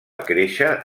créixer